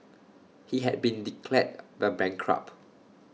he had been declared the bankrupt